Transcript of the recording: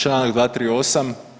Članak 238.